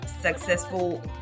successful